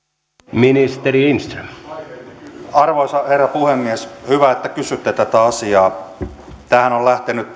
arvoisa herra puhemies hyvä että kysytte tätä asiaa tämähän on on lähtenyt